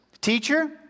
Teacher